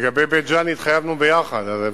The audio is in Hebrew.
לגבי בית-ג'ן התחייבנו ביחד.